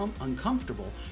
uncomfortable